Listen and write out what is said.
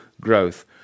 growth